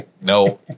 No